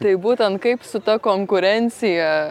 tai būtent kaip su ta konkurencija